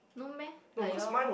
no meh like you all